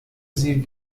sie